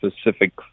specific